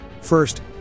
First